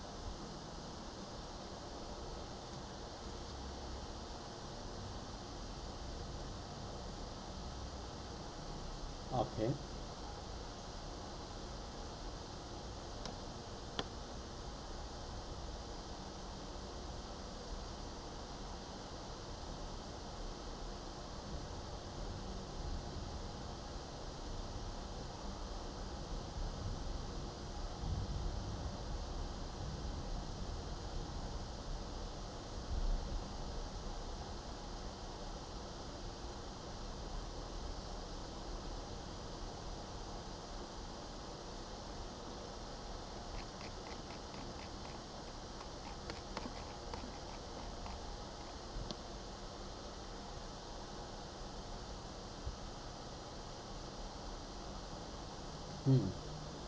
okay mm